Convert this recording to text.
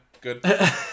Good